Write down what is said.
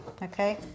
okay